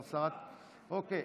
אוקיי.